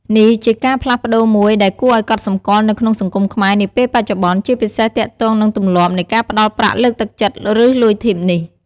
នេះជាការផ្លាស់ប្ដូរមួយដែលគួរឲ្យកត់សម្គាល់នៅក្នុងសង្គមខ្មែរនាពេលបច្ចុប្បន្ន ជាពិសេសទាក់ទងនឹងទម្លាប់នៃការផ្ដល់ប្រាក់លើកទឹកចិត្តឬលុយធីបនេះ។